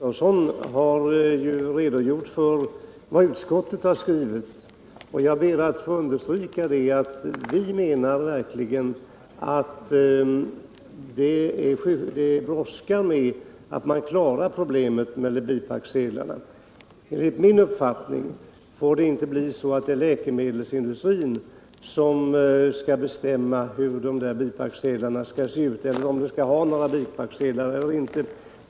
Herr talman! Herr Gustafsson har ju redogjort för vad utskottet skrivit. Jag ber att få understryka att vi verkligen menar att det brådskar att klara av problemet med bipacksedlarna. Enligt min uppfattning får det inte bli så, att det är läkemedelsindustrin som skall bestämma hur bipacksedlarna skall se ut eller om det skall förekomma bipacksedlar eller inte.